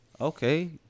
Okay